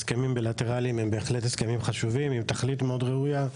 הסכמים בילטרליים הם בהחלט מאוד חשובים ויש להם תכלית מאוד ראויה,